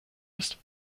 ist